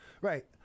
Right